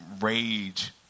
rage